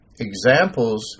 examples